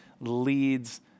leads